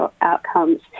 outcomes